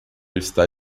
está